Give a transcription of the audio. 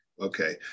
okay